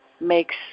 makes